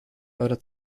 eurer